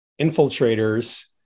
infiltrators